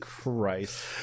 Christ